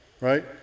right